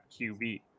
QB